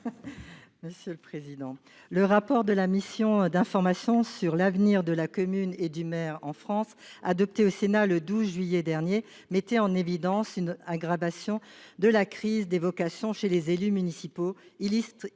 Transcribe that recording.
Patricia Schillinger. Le rapport de la mission d’information sur l’avenir de la commune et du maire en France adopté par le Sénat le 12 juillet dernier mettait en évidence une aggravation de la crise des vocations chez les élus municipaux, illustrée